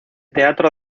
teatro